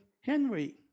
Henry